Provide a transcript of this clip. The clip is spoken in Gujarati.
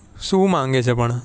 શું માગે છે પણ